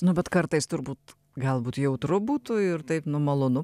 nu bet kartais turbūt galbūt jautru būtų ir taip nu malonu